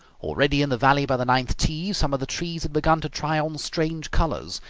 already, in the valley by the ninth tee, some of the trees had begun to try on strange colours,